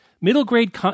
Middle-grade